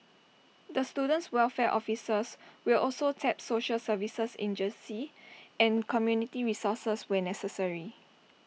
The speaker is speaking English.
the student welfare officers will also tap social services agencies and community resources where necessary